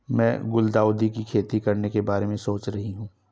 मैं गुलदाउदी की खेती करने के बारे में सोच रही हूं